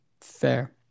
Fair